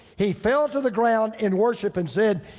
he fell to the ground in worship and said,